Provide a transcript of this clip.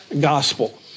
gospel